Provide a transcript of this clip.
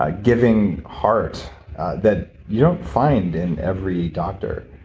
ah giving heart that you don't find in every doctor.